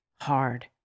hard